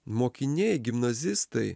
mokiniai gimnazistai